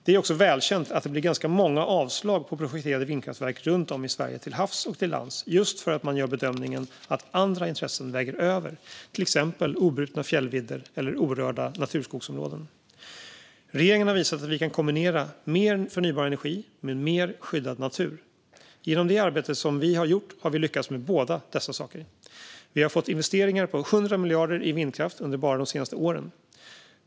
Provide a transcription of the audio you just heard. Det är också välkänt att det blir ganska många avslag på projekterade vindkraftverk runt om i Sverige, till havs och på land, just för att man gör bedömningen att andra intressen väger över - till exempel obrutna fjällvidder eller orörda naturskogsområden. Regeringen har visat att vi kan kombinera mer förnybar energi med mer skyddad natur. Genom det arbete som vi har gjort har vi lyckats med båda dessa saker. Vi har fått investeringar på 100 miljarder i vindkraft bara under de senaste åren.